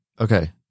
Okay